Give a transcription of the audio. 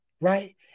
Right